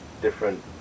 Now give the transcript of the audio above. different